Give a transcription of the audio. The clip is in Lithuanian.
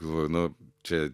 galvoju nu čia